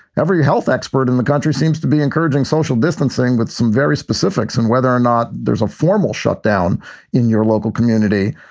every health expert in the country seems to be encouraging social distancing with some very specifics and whether or not there's a formal shutdown in your local community.